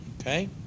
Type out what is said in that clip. okay